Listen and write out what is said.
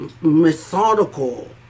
methodical